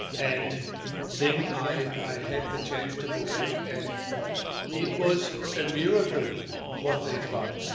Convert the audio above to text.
and then i had the chance to go back, and it was a miracle what they've done.